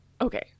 Okay